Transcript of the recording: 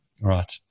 Right